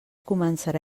començarà